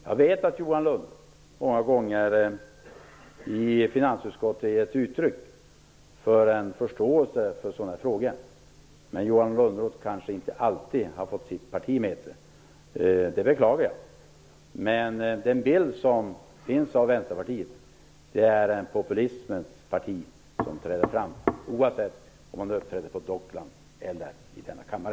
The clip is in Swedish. Jag vet att Johan Lönnroth många gånger gett uttryck för en förståelse för dessa frågor i finansutskottet. Men Johan Lönnroth har kanske inte alltid fått sitt parti med sig. Jag beklagar det. Den bild som finns av Vänsterpartiet visar ett populismens parti som träder fram, oavsett om det uppträder på Docklands eller i denna kammare.